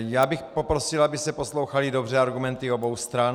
Já bych poprosil, abyste poslouchali dobře argumenty obou stran.